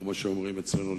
כמו שאומרים אצלנו,